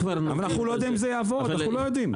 אנחנו לא יודעים אם זה יעבור, אנחנו לא יודעים.